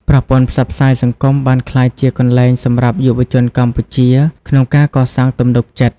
ប្រព័ន្ធផ្សព្វផ្សាយសង្គមបានក្លាយជាកន្លែងសម្រាប់យុវជនកម្ពុជាក្នុងការកសាងទំនុកចិត្ត។